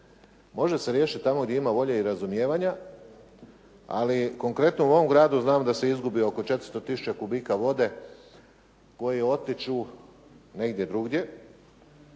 Može se riješiti tamo gdje ima volje i razumijevanja, ali konkretno u ovom gradu znam da se izgubi oko 400 tisuća kubika vode koje otiđu negdje drugdje.